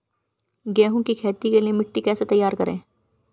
गेहूँ की खेती के लिए मिट्टी कैसे तैयार करें?